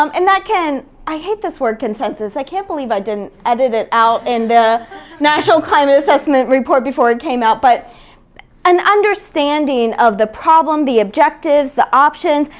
um and that can, i hate this word consensus. i can't believe i didn't edit it out in the national climate assessment report before it came out. but and understanding of the problem, the objectives, the option,